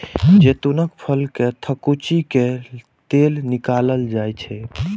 जैतूनक फल कें थकुचि कें तेल निकालल जाइ छै